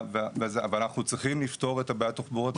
אבל אנחנו צריכים לפתור את הבעיה התחבורתית.